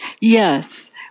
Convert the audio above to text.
Yes